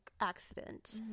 accident